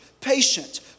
patient